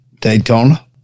Daytona